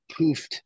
poofed